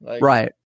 right